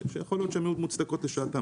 שיכול להיות שהן היו מוצדקות לשעתן,